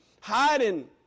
hiding